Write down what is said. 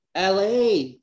la